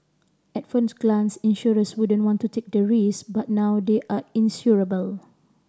at first glance insurers wouldn't want to take the risk but now they are insurable